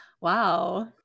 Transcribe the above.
Wow